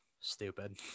stupid